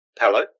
Hello